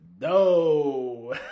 No